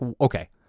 okay